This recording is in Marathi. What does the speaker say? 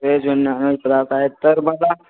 वेज आणि नॉनवेज सगळं काय तर बघा